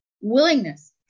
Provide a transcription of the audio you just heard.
willingness